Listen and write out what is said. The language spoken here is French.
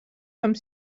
comme